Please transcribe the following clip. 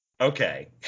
okay